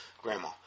grandma